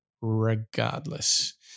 regardless